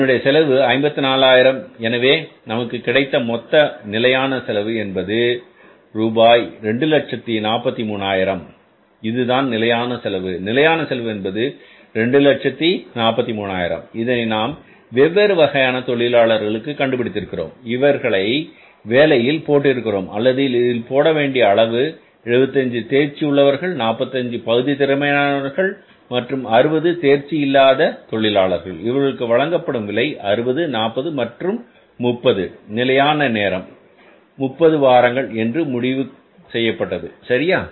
இதனுடைய செலவு 54000 எனவே நமக்கு கிடைத்த மொத்த நிலையான செலவு என்பது ரூபாய் 243000 இதுதான் நிலையான செலவு நிலையான செலவு என்பது 243000 இதனை நாம் வெவ்வேறு வகையான தொழிலாளர்களுக்கு கண்டுபிடித்திருக்கிறோம் இவர்களை வேலையில் போட்டிருக்கிறோம் அல்லது இதில் போடவேண்டிய அளவு வேலை 75 தேர்ச்சி உள்ளவர்கள் 45 பகுதி திறமையானவர்கள் மற்றும் 60 தேர்ச்சி இல்லாத தொழிலாளர்கள் இவர்களுக்கு வழங்கப்படும் விலை 60 40 மற்றும் 30 நிலையான நேரம் 30 வாரங்கள் என்று முடிவு செய்யப்பட்டது சரியா